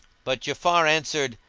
but ja'afar answered,